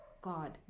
God